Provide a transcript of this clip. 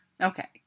Okay